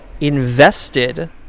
invested